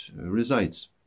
resides